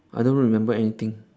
I don't remember anything